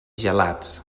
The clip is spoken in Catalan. gelats